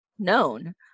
known